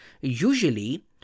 usually